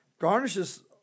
garnishes